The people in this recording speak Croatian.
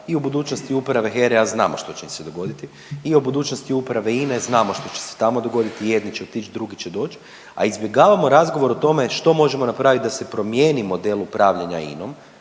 i o budućnosti uprave HERA-e, a znamo što će se dogoditi i o budućnosti uprave INA-e, znamo što će se i tamo dogoditi, jedni će otić drugi će doć, a izbjegavamo razgovor o tome što možemo napravit da se promijeni model upravljanja INA-om